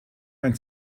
mein